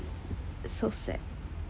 so sad